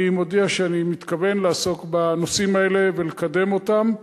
אני מודיע שאני מתכוון לעסוק בנושאים האלה ולקדם אותם,